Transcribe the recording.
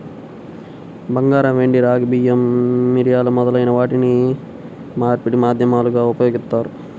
బంగారం, వెండి, రాగి, బియ్యం, మిరియాలు మొదలైన వాటిని మార్పిడి మాధ్యమాలుగా ఉపయోగిత్తారు